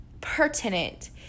pertinent